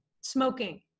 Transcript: smoking